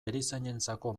erizainentzako